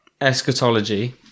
eschatology